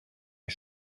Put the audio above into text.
ein